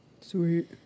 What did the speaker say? Sweet